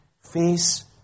face